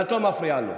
ואת לא מפריעה לו.